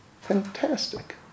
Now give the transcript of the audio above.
Fantastic